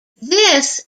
this